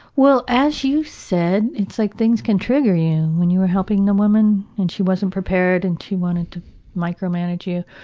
well, as you said, it's like things can trigger you when you're helping the woman and she wasn't prepared and she wanted to micromanage you,